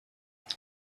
but